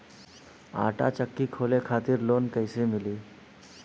आटा चक्की खोले खातिर लोन कैसे मिली?